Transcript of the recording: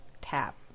Tap